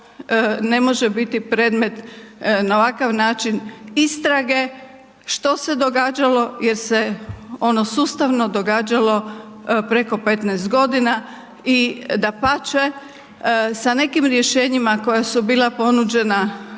ne može biti predmet na ovakav način istrage, što se događalo jer se ono sustavno događalo preko 15 g. i dapače, sa nekim rješenjima koja su bila ponuđena